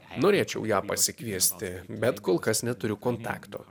norėčiau ją pasikviesti bet kol kas neturiu kontakto